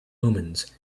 omens